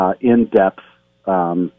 in-depth